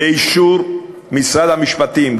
לאישור משרד המשפטים.